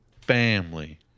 family